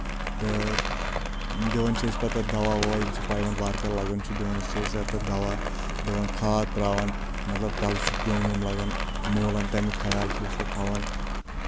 تہٕ دِوان چھِ أسۍ پتہٕ تتھ دوہ ووہ ییٚلہِ سُہ پَیونٛد وارٕکارٕ لگان چھُ دِوان أسۍ چھِ أسۍ اتھ تتھ دوہ دِون کھاد تراوان مطلب تلہٕ چھُ کیٚوم ویوم لگان موٗلن تمیُک خیال چھِ أسۍ تَتھ تھوان